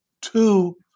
two